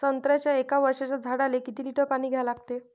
संत्र्याच्या एक वर्षाच्या झाडाले किती लिटर पाणी द्या लागते?